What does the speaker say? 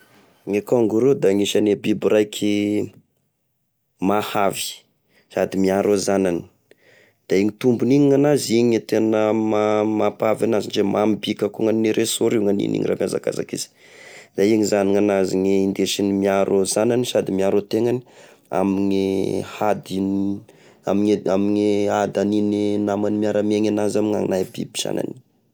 Gne kangoroa da anisany e biby raiky mahavy, sady miaro e zanany de igny tombony igny gnanazy igny e tena ma- mapahavy anazy, ndre mambiky akô gnaniny ressort izy raha miazakakazaky izy! Da igny zany gnanazy ny indesiny miaro e zagnany sady miaro e tegnany, amigne hady, amigne, ady aniny namany miara-miaigny aminazy amignagny na e biby sagnany.